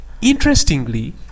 Interestingly